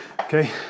okay